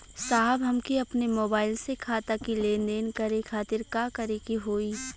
साहब हमके अपने मोबाइल से खाता के लेनदेन करे खातिर का करे के होई?